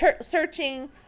searching